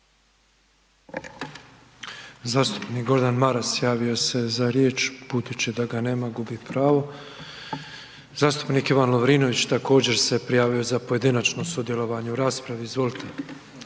Zastupnik Gordan Maras javio se za riječ, budući da ga nema gubi pravo. Zastupnik Ivan Lovrinović također se prijavio za pojedinačno sudjelovanje u raspravi, izvolite.